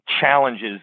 challenges